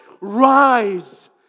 Rise